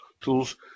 tools